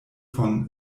von